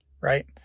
Right